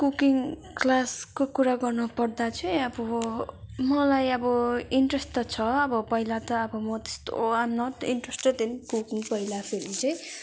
cooking क्लासको कुरा गर्नु पर्दा चाहिँ अब मलाई अब इन्ट्रेस त छ अब पहिला त अब म त्यस्तो am not interested in cooking पहिला फेरि चाहिँ